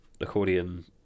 Accordion